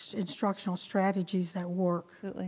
instructional strategies that work absolutely,